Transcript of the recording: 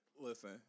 Listen